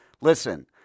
listen